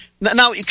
now